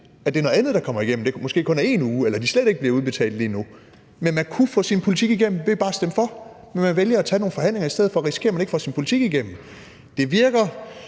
at det er noget andet, der kommer igennem, altså at det måske kun er 1 uge, eller at pengene slet ikke bliver udbetalt lige nu. Man kunne få sin politik igennem ved bare at stemme for, men man vælger at tage nogle forhandlinger i stedet for og risikere, at man ikke får sin politik igennem. Det virker